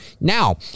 Now